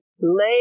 lay